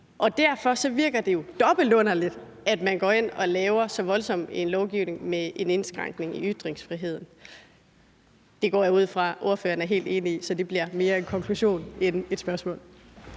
og derfor virker det dobbelt underligt, at man går ind og laver så voldsom en lovgivning med en indskrænkning i ytringsfriheden. Det går jeg ud fra at ordføreren er helt enig i, så det er mere en konklusion end et spørgsmål.